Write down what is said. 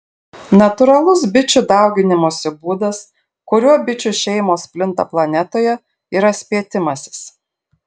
natūralus bičių dauginimosi būdas kuriuo bičių šeimos plinta planetoje yra spietimasis